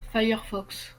firefox